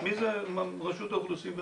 מי זה רשות האוכלוסין וההגירה.